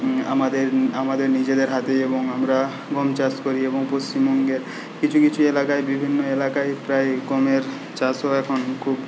আমাদের আমাদের নিজেদের হাতে এবং আমরা গম চাষ করি এবং পশ্চিমবঙ্গের কিছু কিছু এলাকায় বিভন্ন এলাকায় প্রায় গমের চাষও এখন খুব